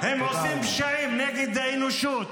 -- נגד האנושות,